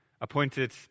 appointed